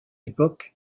époque